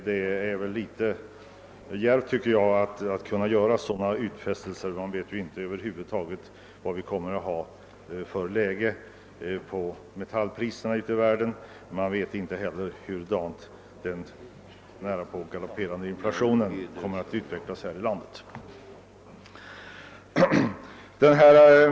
Det förefaller mig litet djärvt att göra sådana uttalanden; man vet över huvud taget inte på vilken nivå metallpriserna kommer att ligga ute i världen och inte heller hur den nästan galopperande inflationen kommer att utvecklas här i landet.